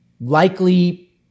likely